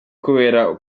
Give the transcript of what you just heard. kubera